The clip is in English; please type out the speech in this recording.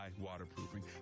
Waterproofing